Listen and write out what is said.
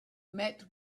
met